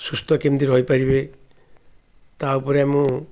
ସୁସ୍ଥ କେମିତି ରହିପାରିବେ ତା' ଉପରେ ମୁଁ